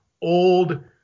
old